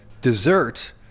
dessert